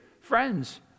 friends